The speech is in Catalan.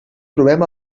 trobem